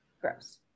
Gross